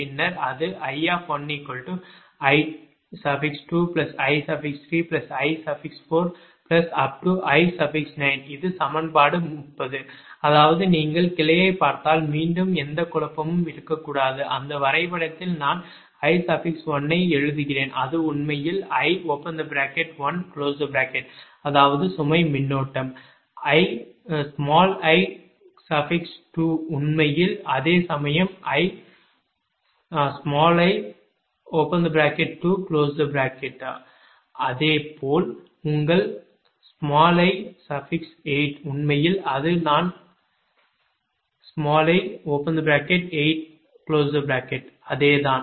பின்னர் அது I1i2i3i4i5i6i7i8i9 இது சமன்பாடு 30 அதாவது நீங்கள் கிளையைப் பார்த்தால் மீண்டும் எந்த குழப்பமும் இருக்கக்கூடாது அந்த வரைபடத்தில் நான் I1 ஐ எழுதுகிறேன் அது உண்மையில் I அதாவது சுமை மின்னோட்டம் i2 உண்மையில் அதே சமயம் i அதேபோல் உங்கள் i8 உண்மையில் அது நான் i அதே தான்